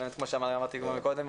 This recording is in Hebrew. כמו שאמרתי כבר מקודם,